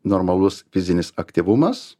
normalus fizinis aktyvumas